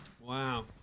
wow